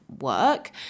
work